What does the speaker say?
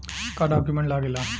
का डॉक्यूमेंट लागेला?